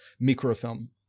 microfilm